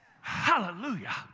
Hallelujah